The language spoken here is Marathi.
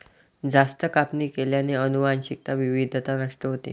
जास्त कापणी केल्याने अनुवांशिक विविधता नष्ट होते